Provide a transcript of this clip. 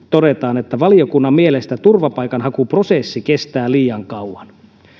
todetaan että valiokunnan mielestä turvapaikanhakuprosessi kestää liian kauan